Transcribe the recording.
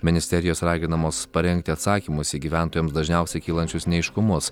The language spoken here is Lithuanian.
ministerijos raginamos parengti atsakymus į gyventojams dažniausiai kylančius neaiškumus